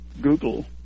Google